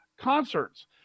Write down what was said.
concerts